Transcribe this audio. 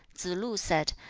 tsze-lu said,